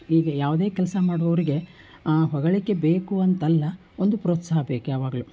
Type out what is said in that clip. ಈಗೆ ಯಾವುದೇ ಕೆಲಸ ಮಾಡುವವರಿಗೆ ಹೊಗಳಿಕೆ ಬೇಕು ಅಂತಲ್ಲ ಒಂದು ಪ್ರೋತ್ಸಾಹ ಬೇಕು ಯಾವಾಗಲೂ